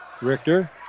Richter